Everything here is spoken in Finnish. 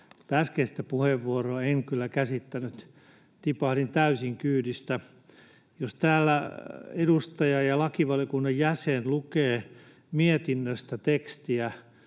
äskeistä puheenvuoroa en kyllä käsittänyt. Tipahdin täysin kyydistä. Jos täällä edustaja ja lakivaliokunnan jäsen lukee mietinnöstä tekstiä,